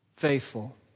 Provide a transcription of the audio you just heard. Faithful